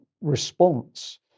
response